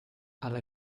alla